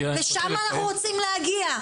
שם אנחנו רוצים להגיע.